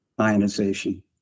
ionization